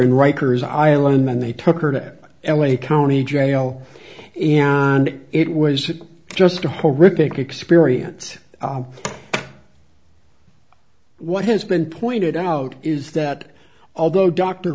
in rikers island and they took her to l a county jail and it was just a horrific experience what has been pointed out is that although d